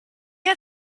had